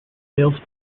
sales